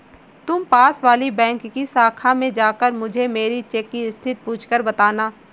तुम पास वाली बैंक की शाखा में जाकर मुझे मेरी चेक की स्थिति पूछकर बताना